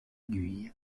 guye